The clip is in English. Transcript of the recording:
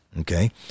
okay